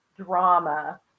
drama